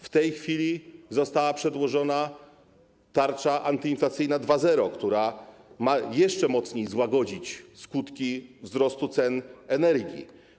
W tej chwili została przedłożona tarcza antyinflacyjna 2.0, która ma jeszcze mocniej złagodzić skutki wzrostu cen energii.